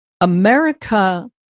America